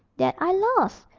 that i lost!